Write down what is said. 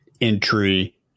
entry